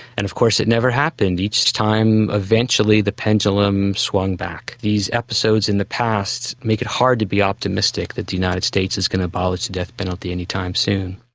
and of course it never happened. each time eventually the pendulum swung back. these episodes in the past make it hard to be optimistic that the united states is going to abolish the death penalty anytime soon.